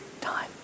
time